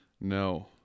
No